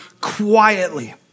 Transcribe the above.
quietly